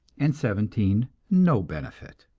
and seventeen no benefit.